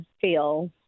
feel